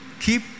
keep